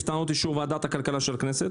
טעונות אישור ועדת הכלכלה של הכנסת.